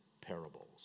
parables